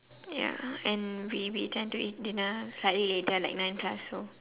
yeah and we we tend to eat dinner slightly later like nine plus so